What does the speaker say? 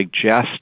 suggest